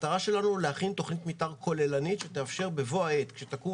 המטרה שלנו להכין תכנית מתאר כוללנית שתאפשר בבוא העת כשתקום